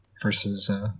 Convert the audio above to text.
versus